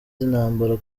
z’intambara